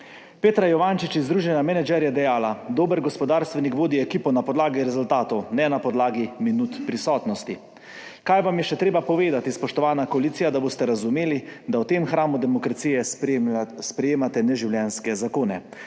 Petra Juvančič iz Združenja Manager je dejala: »Dober gospodarstvenik vodi ekipo na podlagi rezultatov, ne na podlagi minut prisotnosti.« Kaj vam je še treba povedati, spoštovana koalicija, da boste razumeli, da v tem hramu demokracije sprejemate neživljenjske zakone?